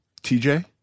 TJ